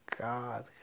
God